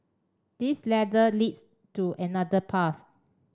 this ladder leads to another path